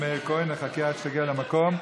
מאיר כהן, נחכה עד שתגיע למקום.